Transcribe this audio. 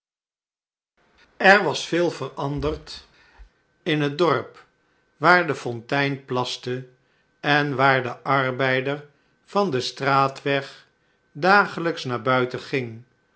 er was veel veranderd in het dorp waarde fontein plaste en waar de arbeider van den straatweg dagelijks naar buiten ging